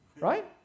right